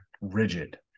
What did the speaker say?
rigid